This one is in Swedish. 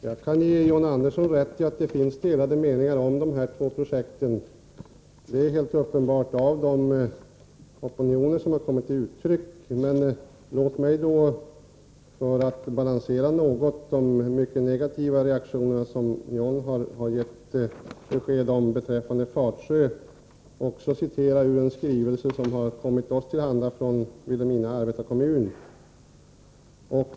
Herr talman! Jag kan ge John Andersson rätt i att det finns delade meningar om de här två projekten. Det är helt uppenbart med tanke på den opinion som kommit till uttryck. Låt mig då, för att balansera något av de mycket negativa reaktioner som John Andersson gett besked om beträffande Fatsjö, citera ur en skrivelse som kommit oss till handa från Vilhelmina arbetarkommun.